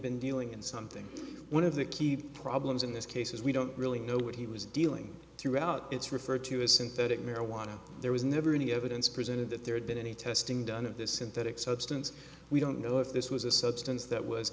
been dealing in something one of the key problems in this case is we don't really know what he was dealing throughout it's referred to as synthetic marijuana there was never any evidence presented that there had been any testing done of this synthetic substance we don't know if this was a substance that was